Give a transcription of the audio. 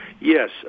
Yes